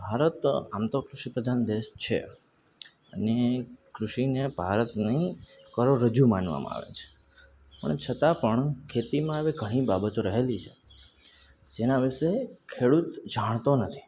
ભારત આમ તો કૃષિ પ્રધાન દેશ છે અને કૃષિને ભારતની કરોડરજ્જુ માનવામાં આવે છે પણ છતાં પણ ખેતીમાં એવી ઘણી બાબતો રહેલી છે જેના વિશે ખેડૂત જાણતો નથી